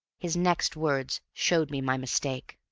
his next words showed me my mistake.